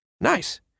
Nice